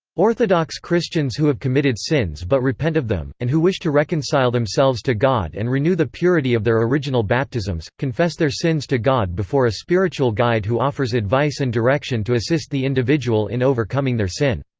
orthodox christians who have committed sins but repent of them, and who wish to reconcile themselves to god and renew the purity of their original baptisms, confess their sins to god before a spiritual guide who offers advice and direction to assist the individual in overcoming their sin.